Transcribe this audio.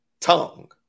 tongue